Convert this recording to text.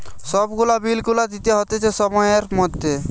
সব গুলা বিল গুলা দিতে হতিছে সময়ের মধ্যে